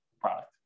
product